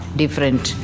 different